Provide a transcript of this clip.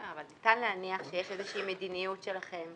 אבל ניתן להניח שיש איזושהי מדיניות שלכם,